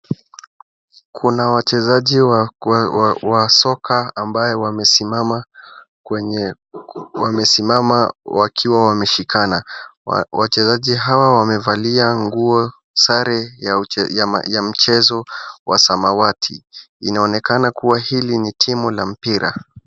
Kuna wachezaji wa kwa, wa soka ambaye wamesimama kwenye, wamesimama wakiwa wameshikana. Wachezaji hawa wamevalia nguo sare ya mchezo wa samawati, inaonekana kuwa hili ni timu la mpira.